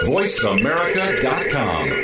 VoiceAmerica.com